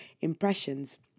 impressions